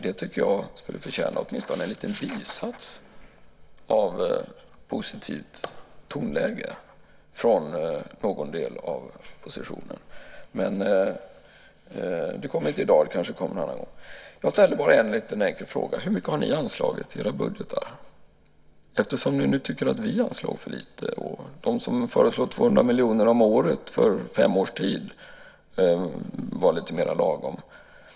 Det tycker jag kunde förtjäna åtminstone en liten bisats med ett positivt tonläge från någon del av oppositionen men något sådant kommer inte i dag. Kanske kommer det någon annan gång. Jag ställde bara en liten enkel fråga: Hur mycket har ni anslagit i era budgetar? Ni tycker ju att vi anslår för lite. Det som föreslås om 200 miljoner om året för fem års tid var lite mer lagom.